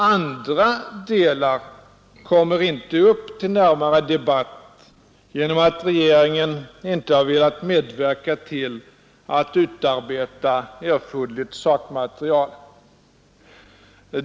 Andra delar kommer inte upp till närmare debatt genom att regeringen inte velat medverka till att utarbeta erforderligt sakmaterial.